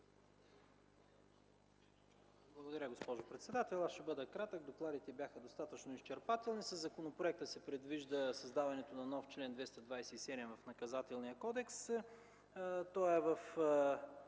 Благодаря, госпожо председател. Аз ще бъда кратък, докладите бяха достатъчно изчерпателни. Със законопроекта се предвижда създаването на нов чл. 227 в Наказателния кодекс. Това е в